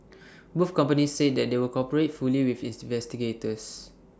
both companies said they would cooperate fully with investigators